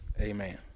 amen